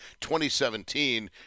2017